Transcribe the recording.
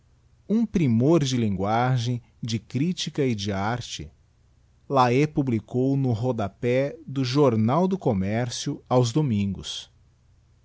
um primor de linguagem de critica e de arte laet publicou no rodapé áo jornal do com mercio aos domingos